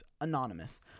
Anonymous